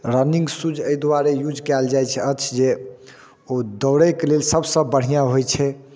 running shoes एहि दुआरे use कयल जाइ छै अछि जे ओ दौड़ैके लेल सभसँ बढ़िआँ होइ छै